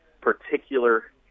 particular